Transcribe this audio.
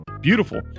beautiful